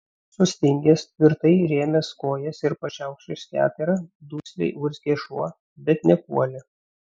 sustingęs tvirtai įrėmęs kojas ir pašiaušęs keterą dusliai urzgė šuo bet nepuolė